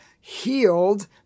healed